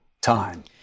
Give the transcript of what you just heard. time